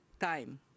time